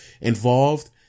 involved